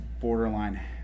borderline